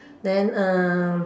then um